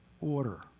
order